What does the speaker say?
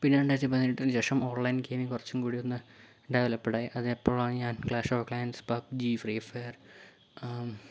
പിന്നെ രണ്ടായിരത്തിപ്പതിനെട്ടിന് ശേഷം ഓൺലൈൻ ഗെയിമിംഗ് കുറച്ചും കൂടിയൊന്ന് ഡെവലപ്പ്ഡായി അതെപ്പോഴോ ഞാൻ Clash of Clans PUBG Free fire